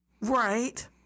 Right